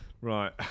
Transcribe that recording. Right